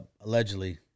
Allegedly